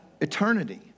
eternity